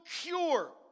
cure